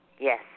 Yes